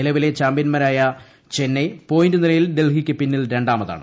നിലവിലെ ചാമ്പൃന്മാരായ ചെന്നൈ പോയിന്റ് നിലയിൽ ഡൽഹിയ്ക്ക് പിന്നിൽ ര ാമതാണ്